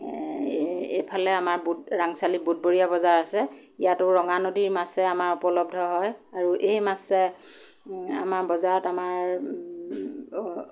এইফালে আমাৰ বু ৰাংছালীৰ বুধবৰীয়া বজাৰ আছে ইয়াতো ৰঙানদীৰ মাছে আমাৰ উপলব্ধ হয় আৰু এই মাছে আমাৰ বজাৰত আমাৰ